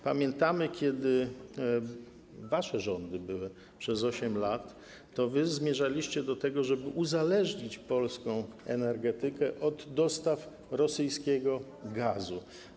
Pamiętamy, kiedy rządziliście przez 8 lat, to wy zmierzaliście do tego, żeby uzależnić polską energetykę od dostaw rosyjskiego gazu.